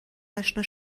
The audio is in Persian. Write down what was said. اشنا